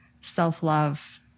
self-love